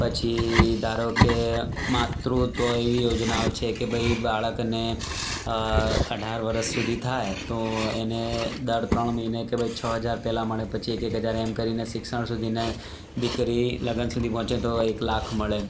પછી ધારો કે માતૃત્ત્વ એવી યોજનાઓ છે કે ભાઈ બાળકને અઢાર વર્ષ સુધી થાય તો એને દર ત્રણ મહિને કે ભાઈ છ હજાર પહેલાં મળે પછી એક એક હજાર એમ કરીને શિક્ષણ સુધી ને દીકરી લગ્ન સુધી પહોંચે તો એક લાખ મળે